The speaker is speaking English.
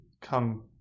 come